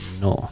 no